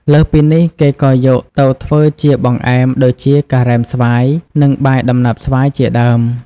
លើសពីនេះ គេក៏យកទៅធ្វើជាបង្អែម ដូចជា ការ៉េមស្វាយ និង បាយដំណើបស្វាយ ជាដើម។